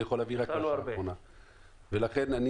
לכן,